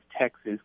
Texas